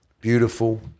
beautiful